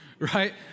right